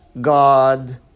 God